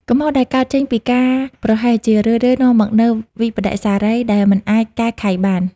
កំហុសដែលកើតចេញពីការប្រហែស ជារឿយៗនាំមកនូវវិប្បដិសារីដែលមិនអាចកែខៃបាន។